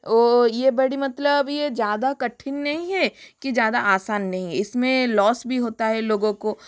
तो ये बड़ी मतलब ये ज़्यादा कठिन नहीं है कि ज़्यादा आसान नहीं है इस में लॉस भी होता है लोगों को